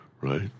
right